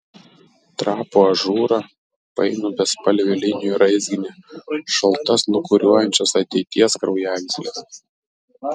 trapų ažūrą painų bespalvių linijų raizginį šaltas lūkuriuojančias ateities kraujagysles